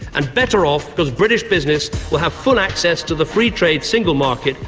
and better off because british business will have full access to the free trade single market,